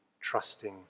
trusting